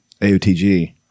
AOTG